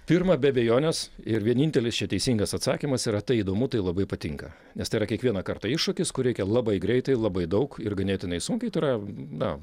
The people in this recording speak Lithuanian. pirma be abejonės ir vienintelis čia teisingas atsakymas yra tai įdomu tai labai patinka nes tai yra kiekvieną kartą iššūkis kur reikia labai greitai labai daug ir ganėtinai sunkiai tai yra na